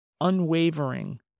unwavering